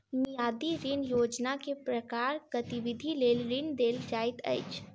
मियादी ऋण योजनामे केँ प्रकारक गतिविधि लेल ऋण देल जाइत अछि